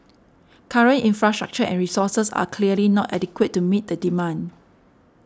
current infrastructure and resources are clearly not adequate to meet the demand